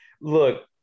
Look